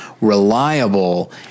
reliable